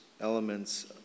elements